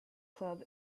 club